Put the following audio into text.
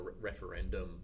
referendum